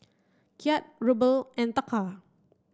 Kyat Ruble and Taka